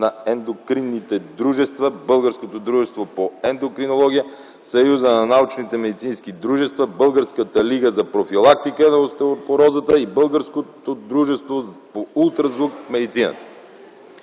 на ендокринните дружества; Българското дружество по ендокринология; Съюза на научните медицински дружества; Българската лига за профилактика на остеопорозата и Българското дружество по ултразвук в медицината.